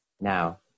now